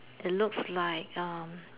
it looks like um